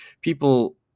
people